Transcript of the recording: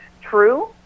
true